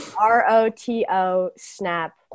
R-O-T-O-Snap